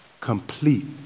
complete